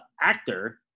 actor